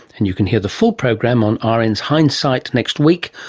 and you can hear the full program on ah rn's hindsight next week,